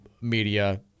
media